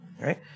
right